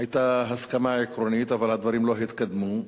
היתה הסכמה עקרונית אבל הדברים לא התקדמו,